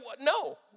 no